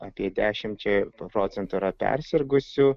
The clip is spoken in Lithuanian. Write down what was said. apie dešimčia procentų yra persirgusių